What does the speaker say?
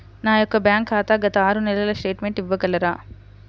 నా యొక్క బ్యాంక్ ఖాతా గత ఆరు నెలల స్టేట్మెంట్ ఇవ్వగలరా?